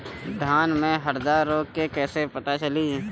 धान में हरदा रोग के कैसे पता चली?